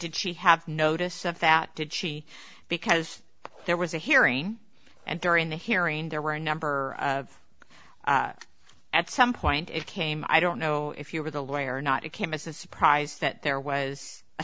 did she have notice of that did she because there was a hearing and during the hearing there were a number at some point it came i don't know if you were the lawyer or not it came as a surprise that there was a